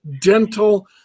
dental